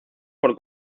por